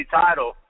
title